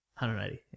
180